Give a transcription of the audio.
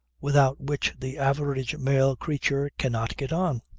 without which the average male creature cannot get on.